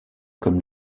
comme